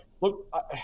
look